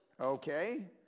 Okay